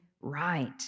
right